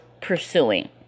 pursuing